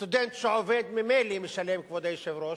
סטודנט שעובד ממילא משלם, כבוד היושב-ראש.